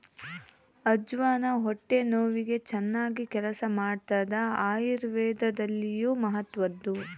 ಅಜ್ವಾನ ಹೊಟ್ಟೆ ನೋವಿಗೆ ಚನ್ನಾಗಿ ಕೆಲಸ ಮಾಡ್ತಾದ ಆಯುರ್ವೇದದಲ್ಲಿಯೂ ಮಹತ್ವದ್ದು